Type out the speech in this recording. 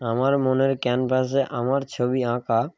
আমার মনের ক্যানভাসে আমার ছবি আঁকা